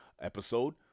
episode